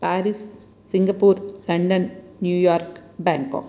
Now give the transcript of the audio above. Paris Singapore London New York Bangkok